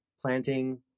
planting